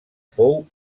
fou